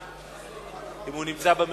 2174,